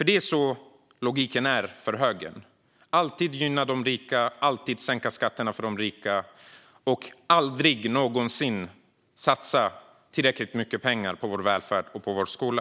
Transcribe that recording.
Det är sådan logiken är för högern: Man ska alltid gynna de rika, alltid sänka skatterna för de rika och aldrig någonsin satsa tillräckligt mycket pengar på vår välfärd och vår skola.